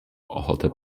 ochotę